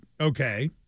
Okay